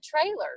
trailers